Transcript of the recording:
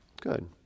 Good